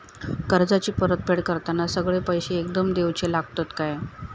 कर्जाची परत फेड करताना सगळे पैसे एकदम देवचे लागतत काय?